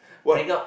bring up